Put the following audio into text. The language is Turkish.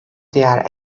diğer